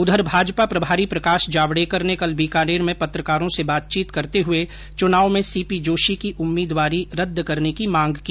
उधर भाजपा प्रभारी प्रकाश जावडेकर ने कल बीकानेर में पत्रकारों से बातचीत करते हुए चुनाव में सीपी जोशी की उम्मीदवारी रद्द करने की मांग की